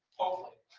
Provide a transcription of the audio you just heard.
hopefully.